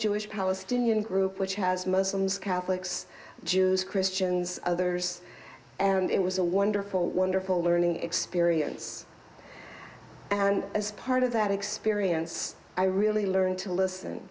jewish palestinian group which has muslims catholics jews christians others and it was a wonderful wonderful learning experience and as part of that experience i really learned to listen